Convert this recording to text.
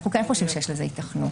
אנחנו כן חושבים שיש לזה היתכנות.